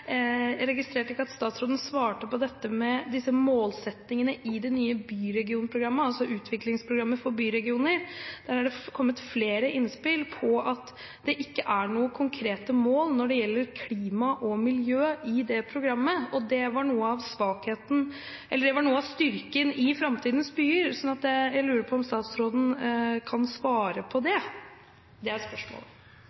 Jeg takker statsråden for svaret. Jeg registrerte ikke at statsråden svarte på spørsmålet om målsettingene i det nye Byregionprogrammet, altså utviklingsprogrammet for byregioner. Der er det kommet flere innspill om at det ikke er noen konkrete mål når det gjelder klima og miljø i det programmet. Det var noe av styrken i Framtidens byer. Så jeg lurer på om statsråden kan svare på det.